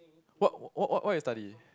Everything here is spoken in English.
what what what you study